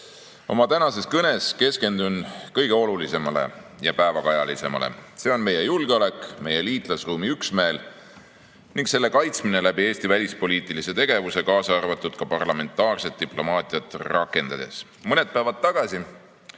Oma tänases kõnes keskendun kõige olulisemale ja päevakajalisemale. See on meie julgeolek, meie liitlasruumi üksmeel ning selle kaitsmine läbi Eesti välispoliitilise tegevuse, kaasa arvatud parlamentaarset diplomaatiat rakendades. Mõni päev tagasi